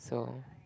so